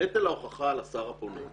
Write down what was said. על השר הפונה.